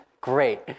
Great